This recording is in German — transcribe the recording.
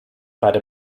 beide